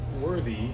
worthy